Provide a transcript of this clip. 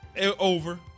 over